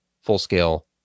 full-scale